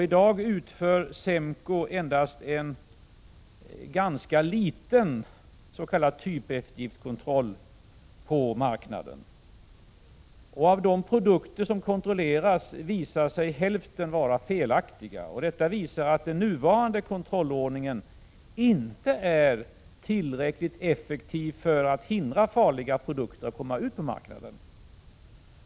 I dag utför SEMKO endast en ganska liten s.k. typeftergiftskontroll på marknaden. Av de produkter som kontrolleras är hälften felaktiga, och detta visar att den nuvarande kontrollordningen inte är tillräckligt effektiv för att förhindra att farliga produkter kommer ut på marknaden.